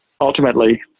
ultimately